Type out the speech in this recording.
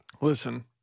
Listen